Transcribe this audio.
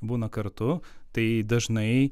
būna kartu tai dažnai